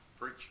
preach